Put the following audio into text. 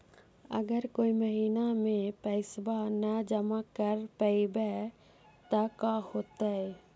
अगर कोई महिना मे पैसबा न जमा कर पईबै त का होतै?